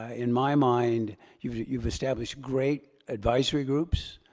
ah in my mind, you've you've established great advisory groups.